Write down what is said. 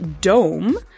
dome